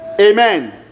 Amen